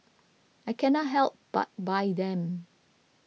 I cannot help but buy them